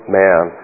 man